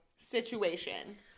situation